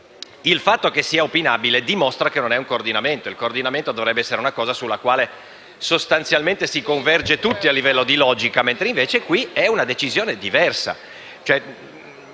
Il fatto che sia opinabile dimostra che non è un coordinamento, che dovrebbe essere una proposta sulla quale sostanzialmente si converge tutti a livello di logica; in questo caso è una decisione diversa.